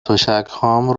تشکهام